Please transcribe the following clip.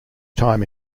time